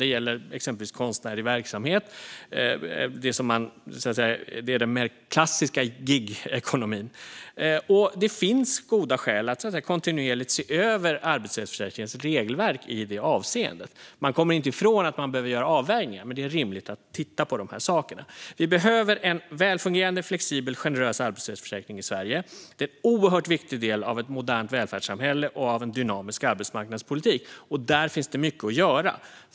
Det gäller exempelvis konstnärlig verksamhet - den mer klassiska gigekonomin. Det finns goda skäl att kontinuerligt se över arbetslöshetsförsäkringens regelverk i det avseendet. Man kommer inte ifrån att det behöver göras avvägningar, men det är rimligt att titta på de här sakerna. Vi behöver en välfungerande, flexibel och generös arbetslöshetsförsäkring i Sverige. Det är en oerhört viktig del i ett modernt välfärdssamhälle och en dynamisk arbetsmarknadspolitik, och där finns det mycket att göra.